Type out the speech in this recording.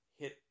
hit